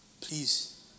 Please